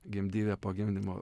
gimdyvė po gimdymo